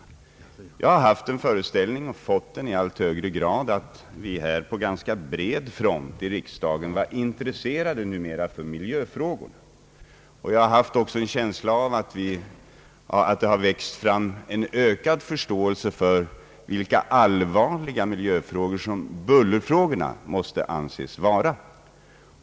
Jag har haft den föreställningen — och den har alltmera befästs — att vi här i riksdagen på ganska bred front numera var intresserade för miljöfrågor, och jag har även haft en känsla av att det växt fram en ökad förståelse för vilken allvarlig miljöfråga som bullerfrågorna måste anses vara.